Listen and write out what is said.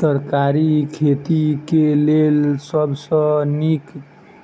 तरकारीक खेती केँ लेल सब सऽ नीक